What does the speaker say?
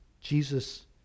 Jesus